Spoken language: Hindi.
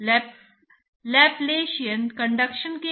तो दो वर्ग हैं ये द्रव के प्रवाह की दो अलग अलग प्रकृति हैं